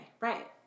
right